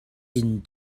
inn